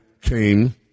came